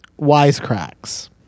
wisecracks